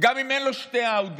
גם אם אין לו שני אאודי,